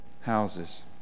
houses